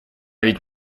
ведь